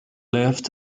left